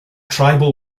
tribal